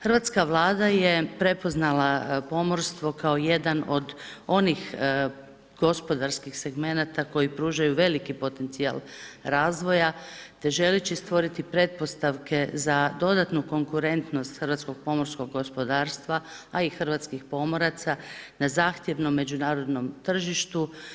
Hrvatska Vlada je prepoznala pomorstvo kao jedan od onih gospodarskih segmenata koji pružaju veliki potencijal razvoja te želeći stvoriti pretpostavke za dodatnu konkurentnost hrvatskog pomorskog gospodarstva a i hrvatskih pomoraca na zahtjevnom međunarodnom tržištu.